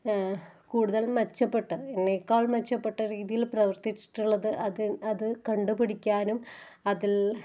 കൂടുതൽ മെച്ചപ്പെട്ടത് എന്നെക്കാൾ അത് മെച്ചപ്പെട്ട രീതിയിൽ പ്രവർത്തിച്ചിട്ട്ള്ളത് അത് അത് കണ്ടുപിടിക്കാനും അതിൽ